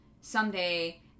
someday